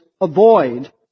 avoid